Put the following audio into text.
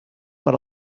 per